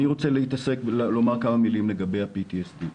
אני רוצה לומר כמה מילים לגבי ה-PTSD.